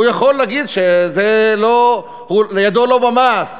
הוא יכול להגיד שידו לא במעש,